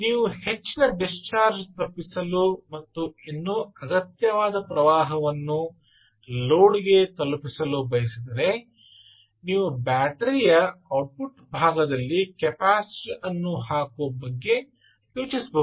ನೀವು ಹೆಚ್ಚಿನ ಡಿಸ್ಚಾರ್ಜ್ ತಪ್ಪಿಸಲು ಮತ್ತು ಇನ್ನೂ ಅಗತ್ಯವಾದ ಪ್ರವಾಹವನ್ನು ಲೋಡ್ಗೆ ತಲುಪಿಸಲು ಬಯಸಿದರೆ ನೀವು ಬ್ಯಾಟರಿಯ ಔಟ್ಪುಟ್ ಭಾಗದಲ್ಲಿ ಕೆಪಾಸಿಟರ್ ಅನ್ನು ಹಾಕುವ ಬಗ್ಗೆ ಯೋಚಿಸಬಹುದು